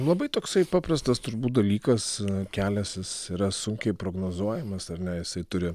labai toksai paprastas turbūt dalykas kelias jis yra sunkiai prognozuojamas ar ne jisai turi